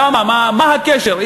למה, מה הקשר?